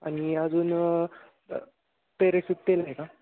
आणि अजून पेरेशूट तेल आहे का